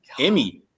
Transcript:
emmy